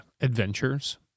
adventures